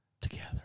together